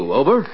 over